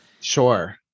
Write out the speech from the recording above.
Sure